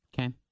Okay